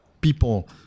people